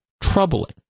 troubling